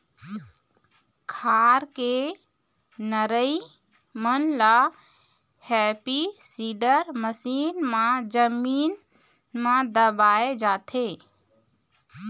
खार के नरई मन ल हैपी सीडर मसीन म जमीन म दबाए जाथे